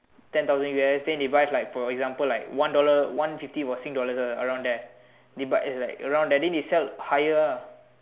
ten thousand U_S then they buy with like for example like one dollar one fifty for sing dollars ah around there they buy is like around then they sell higher ah